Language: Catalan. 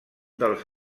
dels